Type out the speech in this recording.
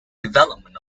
development